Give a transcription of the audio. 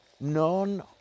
none